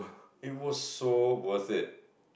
it was so worth it